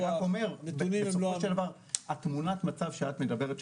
בסופו של דבר תמונת המצב שאת מדברת,